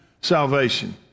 salvation